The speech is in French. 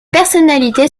personnalité